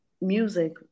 music